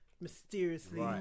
mysteriously